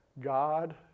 God